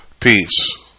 Peace